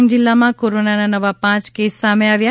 ડાંગ જિલ્લામા કોરોનાના નવા પાંચ કેસો સામે આવ્યા છે